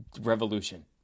revolution